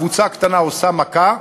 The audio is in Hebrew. קבוצה קטנה עושה מכה,